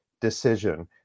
decision